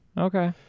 okay